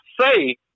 say